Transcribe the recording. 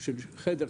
של חדר,